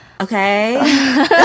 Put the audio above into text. Okay